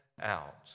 out